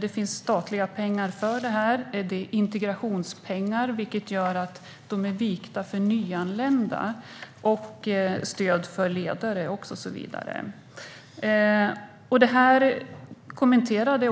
Det finns statliga pengar för det här - det är integrationspengar, vilket gör att de är vikta för nyanlända - och stöd för ledare. Det här kommenterade